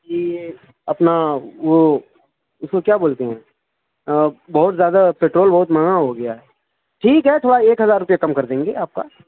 کہ اپنا وہ اس کو کیا بولتے ہیں بہت زیادہ پیٹرول بہت مہنگا ہو گیا ہے ٹھیک ہے تھوڑا ایک ہزار روپیہ کم کر دیں گے آپ کا